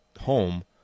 home